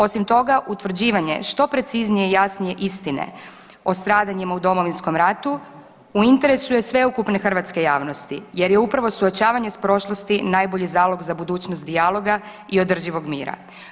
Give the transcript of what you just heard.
Osim toga utvrđivanje što preciznije i jasnije istine o stradanjima u Domovinskom ratu u interesu je sveukupne hrvatske javnosti jer je upravo suočavanje s prošlosti najbolji zalog za budućnost dijaloga i održivog mira.